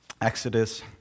Exodus